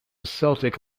celtic